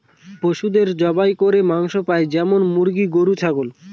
পশুদের জবাই করে মাংস পাই যেমন মুরগি, গরু, ছাগল